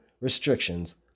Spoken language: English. Restrictions